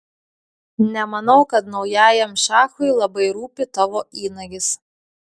nemanau kad naujajam šachui labai rūpi tavo įnagis